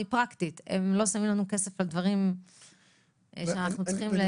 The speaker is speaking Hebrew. אני פרקטית הם לא שמים לנו כסף על דברים שאנחנו צריכים.